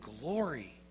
glory